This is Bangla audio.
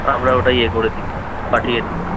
আমরা ওটা ইয়ে করে দিই পাঠিয়ে দিই